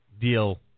deal